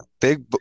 big